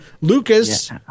Lucas